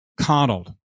coddled